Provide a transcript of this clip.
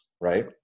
right